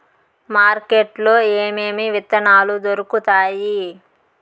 market లో ఏమేమి విత్తనాలు దొరుకుతాయి